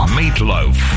meatloaf